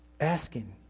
Asking